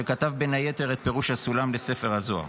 שכתב בין היתר את פירוש הסולם בספר הזוהר.